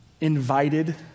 invited